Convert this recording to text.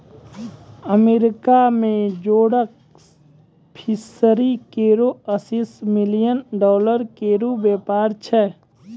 America में जोडक fishery केरो अस्सी मिलियन डॉलर केरो व्यापार छै